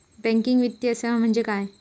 Banking वित्तीय सेवा म्हणजे काय?